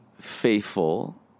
faithful